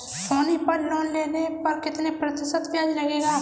सोनी पल लोन लेने पर कितने प्रतिशत ब्याज लगेगा?